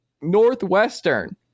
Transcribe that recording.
northwestern